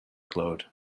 glowed